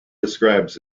describes